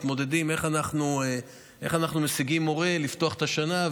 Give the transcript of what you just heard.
מתמודדים: איך אנחנו משיגים מורה כדי לפתוח את השנה,